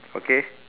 okay